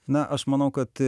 na aš manau kad